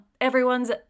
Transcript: everyone's